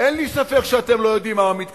מה שעל-פי הכללים פה צריך היה שיהיה,